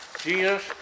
Jesus